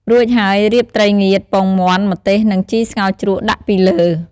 រួចហើយ រៀបត្រីងៀត ពងមាន់ ម្ទេស និងជីសោ្ងរជ្រក់ដាក់ពីលើ។